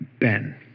Ben